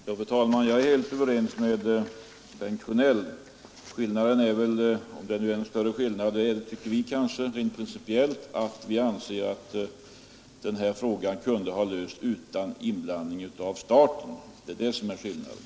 Fru talman! Jag är helt överens med Bengt Sjönell. Skillnaden är bara den att vi rent principiellt anser att den fråga vi här diskuterar kunde ha lösts utan inblandning av staten.